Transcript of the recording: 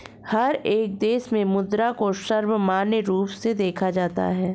हर एक देश में मुद्रा को सर्वमान्य रूप से देखा जाता है